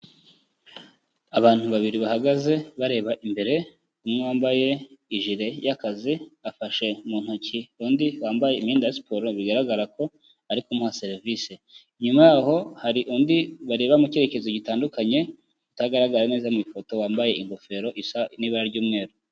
Abantu babiri bahagaze bareba imbere, umwe wambaye ijire y'akazi afashe mu ntoki undi wambaye imyenda ya siporo bigaragara ko ari kumuha serivise, inyuma y'aho hari undi bareba mu cyerekezo gitandukanye utagaragara neza mu ifoto wambaye ingofero isa n'ibara ry'umweru.